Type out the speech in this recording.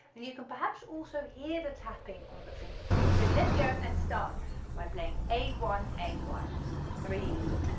you can perhaps also hear the tapping on the fingerboard so let's go and start by playing a, one, a, one three,